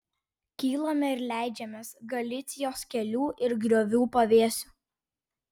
kylame ir leidžiamės galicijos kelių ir griovų pavėsiu